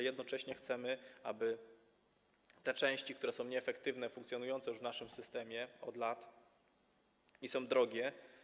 Jednocześnie chcemy, aby te części, które są nieefektywne, funkcjonują w naszym systemie od lat i są drogie.